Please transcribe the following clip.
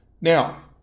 Now